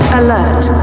alert